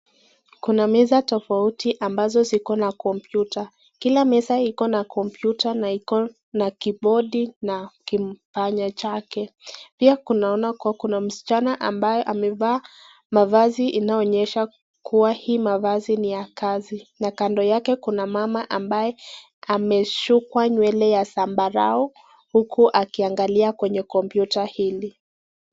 Kuna meza tofauti ambazo ziko na kompyuta. Kila meza iko na kompyuta na iko na na kibodi na kipanya chake. Pia tunaona kuwa kuna mschana ambayo ameva mavazi inaonyesha kuwa hii mavazi ni ya kazi. Na kando yake kuna mama ambaye ameshukwa nywele ya zambarau huku akiangalia kwenye kompyuta hili.